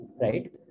Right